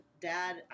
Dad